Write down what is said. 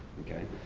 okay.